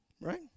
Right